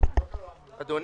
אדוני